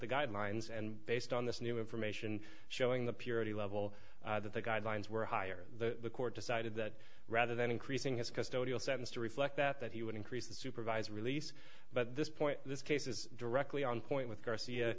the guidelines and based on this new information showing the purity level that the guidelines were higher the court decided that rather than increasing his custody all sentence to reflect that that he would increase the supervised release but this point this case is directly on point with garcia